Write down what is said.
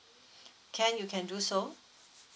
can you can do so